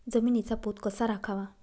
जमिनीचा पोत कसा राखावा?